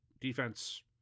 Defense